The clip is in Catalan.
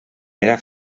era